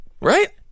Right